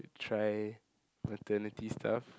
try maternity stuff